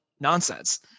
nonsense